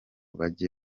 bajye